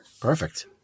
Perfect